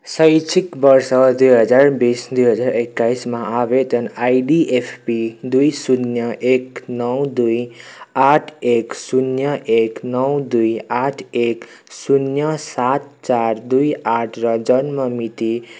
शैक्षिक वर्ष दुई हजार बिस दुई हजार एक्काइसमा आवेदन आइडी एफपी दुई शून्य एक नौ दुई आठ एक शून्य एक नौ दुई आठ एक शून्य सात चार दुई आठ र जन्म मिति